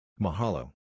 Mahalo